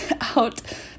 out